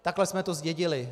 Takhle jsme to zdědili.